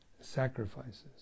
sacrifices